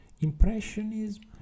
impressionism